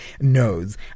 knows